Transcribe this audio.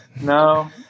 No